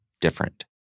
different